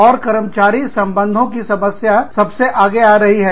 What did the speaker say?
और कर्मचारी संबंधों की समस्या सबसे आगे आ रही है